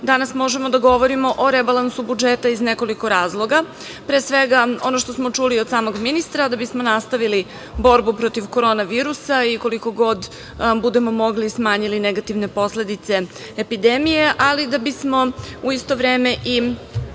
danas možemo da govorimo o rebalansu budžeta iz nekoliko razloga. Pre svega, ono što smo čuli od samog ministra, da bismo nastavili borbu protiv korona virusa i koliko god budemo mogli smanjili negativne posledice epidemije, ali da bismo u isto vreme